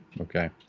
Okay